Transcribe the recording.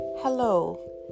Hello